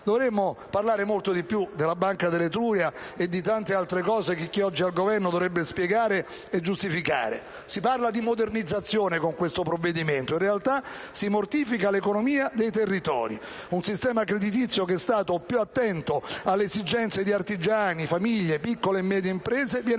Dovremmo parlare molto di più della Banca dell'Etruria e di tante altre cose di chi oggi al Governo dovrebbe spiegare e giustificare. Con questo provvedimento si parla di modernizzazione. In realtà, si mortifica l'economia dei territori. Un sistema creditizio che è stato più attento alle esigenze di artigiani, famiglie, piccole e medie imprese viene